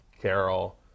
Carol